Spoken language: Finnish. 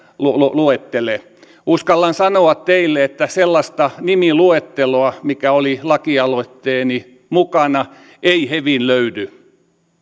luettele uskallan sanoa teille että sellaista nimiluetteloa mikä oli lakialoitteeni mukana ei hevin löydy